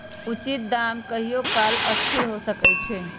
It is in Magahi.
उचित दाम कहियों काल असथिर हो सकइ छै